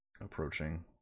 approaching